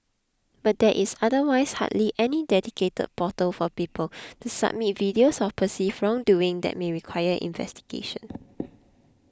but there is otherwise hardly any dedicated portal for people to submit videos of perceived wrongdoing that may require investigation